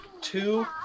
two